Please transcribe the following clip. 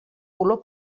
olor